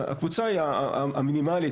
הקבוצה המינימלית,